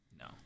No